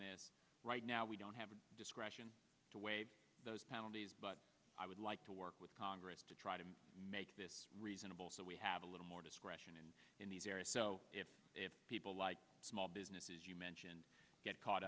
that right now we don't have the discretion to waive those penalties but i would like to work with congress to try to make this reasonable so we have a little more discretion and in these areas if people like small businesses you mentioned get caught